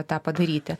tą padaryti